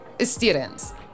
students